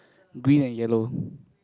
green and yellow